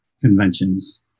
conventions